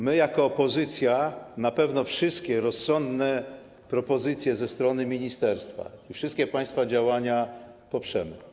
My jako opozycja na pewno wszystkie rozsądne propozycje ze strony ministerstwa i wszystkie państwa działania poprzemy.